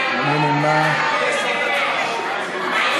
מי